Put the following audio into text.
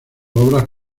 obras